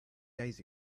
days